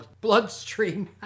bloodstream